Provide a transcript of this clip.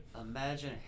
Imagine